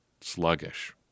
sluggish